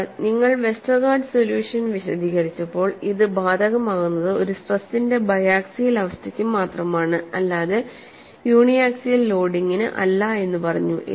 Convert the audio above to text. sir നിങ്ങൾ Westergaard solution വിശദീകരിച്ചപ്പോൾ ഇത് ബാധകമാകുന്നത് ഒരു സ്ട്രെസിന്റെ ബൈആക്സിയൽ അവസ്ഥയ്ക്ക് മാത്രമാണ് അല്ലാതെ യൂണി ആക്സിയൽ ലോഡിംഗിന് അല്ല എന്ന് പറഞ്ഞു